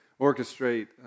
orchestrate